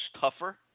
tougher